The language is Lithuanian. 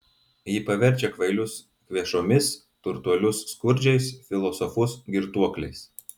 ji paverčia kvailius kvėšomis turtuolius skurdžiais filosofus girtuokliais